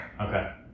Okay